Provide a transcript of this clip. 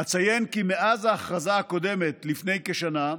אציין כי מאז ההכרזה הקודמת, לפני כשנה,